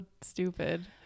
stupid